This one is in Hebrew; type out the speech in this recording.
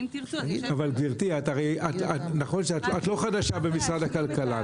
אבל גברתי, את לא חדשה במשרד הכלכלה.